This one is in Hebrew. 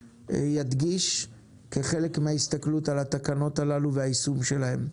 ידגיש כחלק מן ההסתכלות על התקנות הללו ועל היישום שלהן.